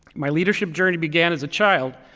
my leadership journey began as a child,